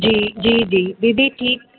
जी जी जी दीदी ठीकु